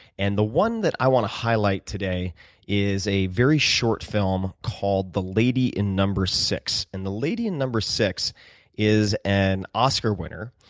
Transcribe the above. and the one that i want to highlight today is a very short film called the lady in number six. and the lady in number six is an oscar winner.